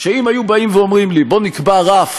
שאם היו באים ואומרים לי: בוא נקבע רף,